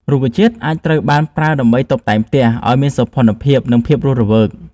រុក្ខជាតិអាចត្រូវបានប្រើដើម្បីតុបតែងផ្ទះឲ្យមានសោភ័ណភាព និងភាពរស់រវើក។